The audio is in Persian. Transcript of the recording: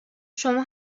شما